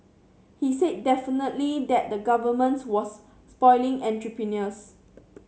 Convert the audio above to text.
he said definitively that the Governments was spoiling entrepreneurs